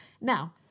now